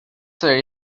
ser